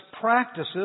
practices